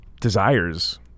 desires